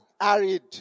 arid